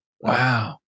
wow